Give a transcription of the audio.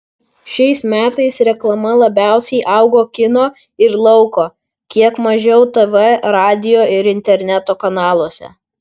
šiais metais reklama labiausiai augo kino ir lauko kiek mažiau tv radijo ir interneto kanaluose